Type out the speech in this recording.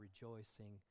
rejoicing